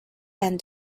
and